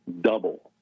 double